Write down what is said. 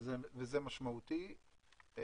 וזה משמעותי.